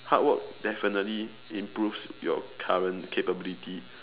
hard work definitely improves your current capability